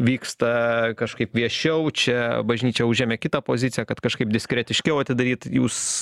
vyksta kažkaip viešiau čia bažnyčia užėmė kitą poziciją kad kažkaip diskretiškiau atidaryt jūs